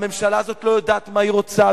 והממשלה הזאת לא יודעת מה היא רוצה,